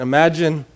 Imagine